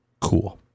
Cool